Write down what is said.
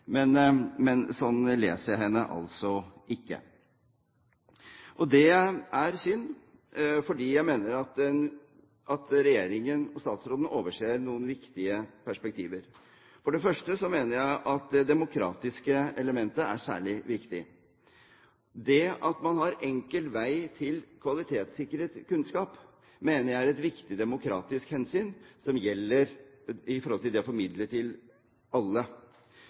men slik leser jeg henne ikke. Det er synd, fordi jeg mener at regjeringen og statsråden overser noen viktige perspektiver. Jeg mener at det demokratiske elementet er svært viktig. Det at man har enkel vei til kvalitetssikret kunnskap, mener jeg er et viktig demokratisk hensyn som gjelder med tanke på å formidle til alle. Det å skulle søke primærkilden, som statsråden viste til,